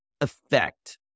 effect